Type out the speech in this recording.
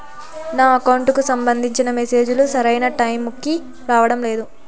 నా అకౌంట్ కు సంబంధించిన మెసేజ్ లు సరైన టైము కి రావడం లేదు